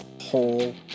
whole